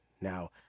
Now